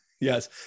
Yes